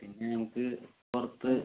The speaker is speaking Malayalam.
പിന്നെ നമുക്ക് പുറത്ത്